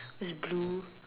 is blue